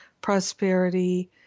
prosperity